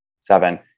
seven